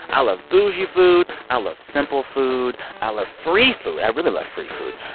i love boujee food. i love simple food. i love free food. i really love free food.